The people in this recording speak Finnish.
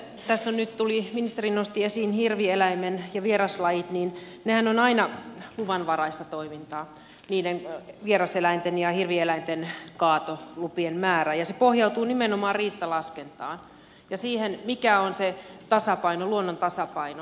kun tässä nyt ministeri nosti esiin hirvieläimen ja vieraslajit niin niiden vieraseläinten ja hirvieläinten kaatolupien määrähän on aina luvanvaraista toimintaa ja se pohjautuu nimenomaan riistalaskentaan ja siihen mikä on se tasapaino luonnon tasapaino